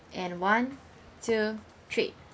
and one two three